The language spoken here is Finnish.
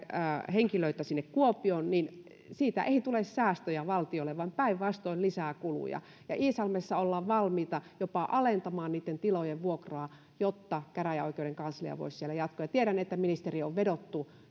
henkilöitä sinne kuopioon ei tule säästöjä valtiolle vaan päinvastoin lisää kuluja iisalmessa ollaan valmiita jopa alentamaan niitten tilojen vuokraa jotta käräjäoikeuden kanslia voisi siellä jatkaa tiedän että ministeriin on vedottu